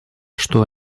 что